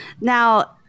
Now